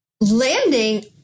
landing